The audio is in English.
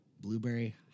Blueberry